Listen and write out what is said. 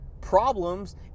problems